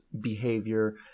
behavior